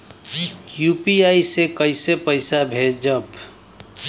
UPI से कईसे पैसा भेजब?